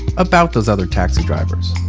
about those other taxi drivers.